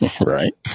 Right